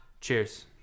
Cheers